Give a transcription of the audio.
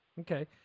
Okay